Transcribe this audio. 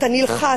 אתה נלחץ,